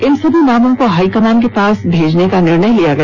इन सभी नामों को हाईकमान के पास भेज का निर्णय लिया गया